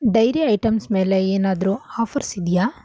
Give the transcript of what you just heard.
dairy items ಮೇಲೆ ಏನಾದರು offers ಇದೆಯಾ